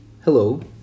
Hello